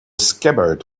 scabbard